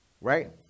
right